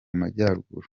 majyaruguru